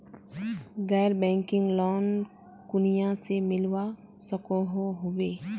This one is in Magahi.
गैर बैंकिंग लोन कुनियाँ से मिलवा सकोहो होबे?